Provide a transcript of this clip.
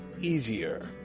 easier